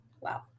Wow